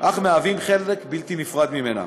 אך מהווים חלק בלתי נפרד ממנה.